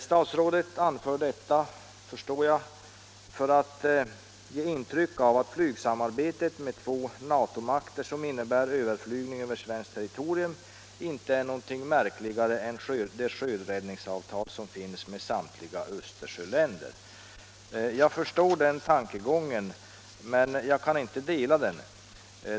Statsrådet anför detta, förstår jag, för att ge intryck av att flygsamarbetet med två NATO-makter, vilket innebär överflygning av svenskt territorium, inte är något märkligare än det sjöräddningsavtal som finns med samtliga Östersjöländer. Jag förstår tankegången, men jag kan inte dela den.